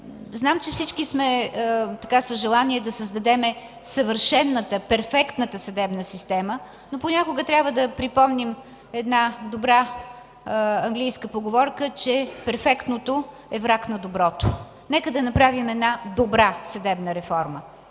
Знам, че всички сме с желание да създадем съвършената, перфектната съдебна система, но понякога трябва да припомним добрата английска поговорка, че перфектното е враг на доброто. Нека да направим една добра съдебна реформа.